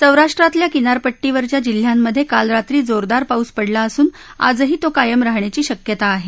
सौराष्ट्रातल्या किनारपट्टीवरच्या जिल्ह्यामधे काल रात्री जोरदार पाऊस पडला असून आजही तो कायम राहण्याची शक्यता आहे